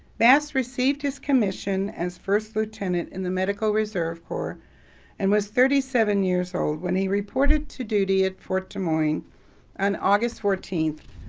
bass received his commission as first lieutenant in the medical reserve corp and was thirty seven years old when he reported to duty at fort des moines on august fourteen,